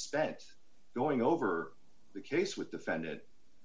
spent going over the case with defendant